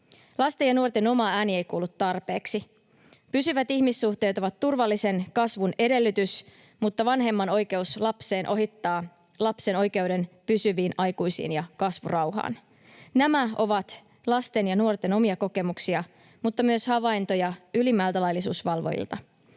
Lasten ja nuorten oma ääni ei kuulu tarpeeksi. Pysyvät ihmissuhteet ovat turvallisen kasvun edellytys, mutta vanhemman oikeus lapseen ohittaa lapsen oikeuden pysyviin aikuisiin ja kasvurauhaan. Nämä ovat lasten ja nuorten omia kokemuksia, mutta myös havaintoja ylimmiltä laillisuusvalvojilta.